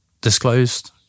disclosed